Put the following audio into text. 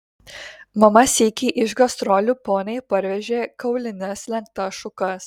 mama sykį iš gastrolių poniai parvežė kaulines lenktas šukas